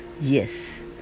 yes